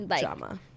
drama